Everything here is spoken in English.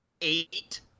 eight